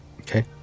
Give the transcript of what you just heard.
Okay